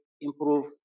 improve